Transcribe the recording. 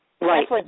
Right